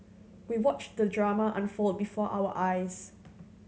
we watched the drama unfold before our eyes